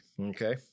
Okay